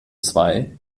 zwei